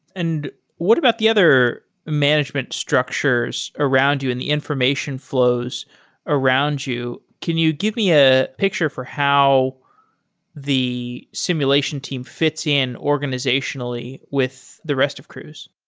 and what about the other management structures around you and the information flows around you? can you give me a picture for how the simulation team fits in organizationally with the rest of cruise?